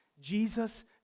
Jesus